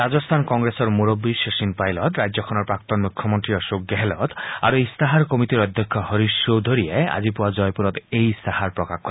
ৰাজস্থান কংগ্ৰেছৰ মূৰব্বী শচীন পাইলট ৰাজ্যখনৰ প্ৰাক্তন মুখ্যমন্ত্ৰী অশোক গেহলট আৰু ইস্তাহাৰ কমিটিৰ অধ্যক্ষ হৰিশ চৌধৰীয়ে আজি পুৱা জয়পুৰত এই ইস্তাহাৰ প্ৰকাশ কৰে